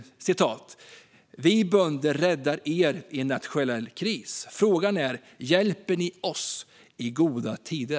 Hon skrev: Vi bönder räddar er vid en nationell kris, men frågan är om ni hjälper oss i goda tider.